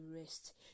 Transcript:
rest